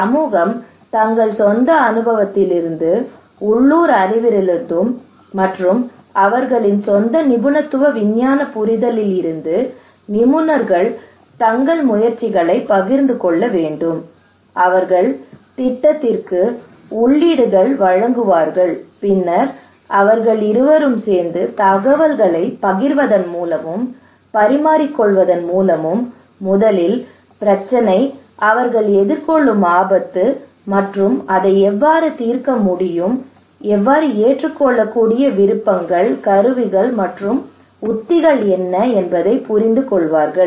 சமூகம் தங்கள் சொந்த அனுபவத்திலிருந்து உள்ளூர் அறிவிலிருந்து மற்றும் அவர்களின் சொந்த நிபுணத்துவ விஞ்ஞான புரிதலில் இருந்து நிபுணர் தங்கள் முயற்சிகளைப் பகிர்ந்து கொள்ள வேண்டும் அவர்கள் திட்டத்திற்கு உள்ளீடுகளை வழங்குவார்கள் பின்னர் அவர்கள் இருவரும் சேர்ந்து தகவல்களைப் பகிர்வதன் மூலமும் பரிமாறிக்கொள்வதன் மூலமும் முதலில் பிரச்சினை அவர்கள் எதிர்கொள்ளும் ஆபத்து மற்றும் அதை எவ்வாறு தீர்க்க முடியும் மற்றும் ஏற்றுக்கொள்ளக்கூடிய விருப்பங்கள் கருவிகள் மற்றும் உத்திகள் என்ன என்பதைப் புரிந்துகொள்வார்கள்